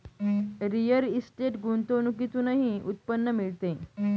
real estate गुंतवणुकीतूनही उत्पन्न मिळते